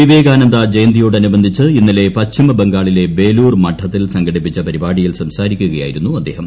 വിവേകാനന്ദ ജയന്തിയോടനുബന്ധിച്ച് ഇന്നലെ പശ്ചിമ ബംഗാളിലെ ബേലൂർ മഠത്തിൽ സംഘടിപ്പിച്ച പരിപാടിയിൽ സംസാരിക്കുകയായിരുന്നു അദ്ദേഹം